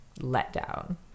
letdown